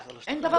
אין דבר כזה.